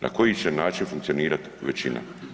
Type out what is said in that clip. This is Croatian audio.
Na koji će način funkcionirati većina?